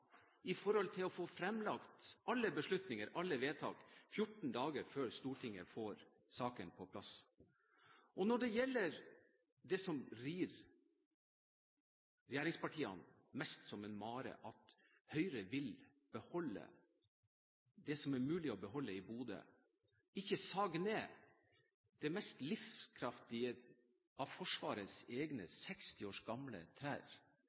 i forhold til å få fremlagt alle beslutninger, alle vedtak 14 dager før Stortinget får saken på plass. Når det gjelder det som rir regjeringspartiene mest som en mare – at Høyre vil beholde det som er mulig å beholde i Bodø, og ikke sage ned det mest livskraftige av Forsvarets egne 60 år gamle trær